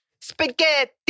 Spaghetti